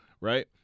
right